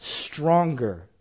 stronger